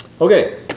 Okay